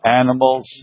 animals